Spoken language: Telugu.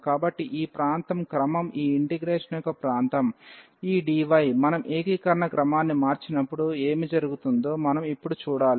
కాబట్టి ఈ ప్రాంతం క్రమం ఈ ఇంటిగ్రేషన్ యొక్క ప్రాంతం ఈ dy మనం ఏకీకరణ క్రమాన్ని మార్చినప్పుడు ఏమి జరుగుతుందో మనం ఇప్పుడు చూడాలి